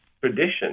tradition